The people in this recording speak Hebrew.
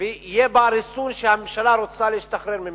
ויהיה בה ריסון שהממשלה רוצה להשתחרר ממנו.